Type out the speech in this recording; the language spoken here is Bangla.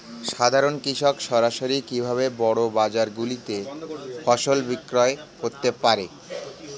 সাধারন কৃষক সরাসরি কি ভাবে বড় বাজার গুলিতে ফসল বিক্রয় করতে পারে?